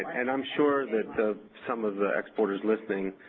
and i'm sure that some of the exporters listening,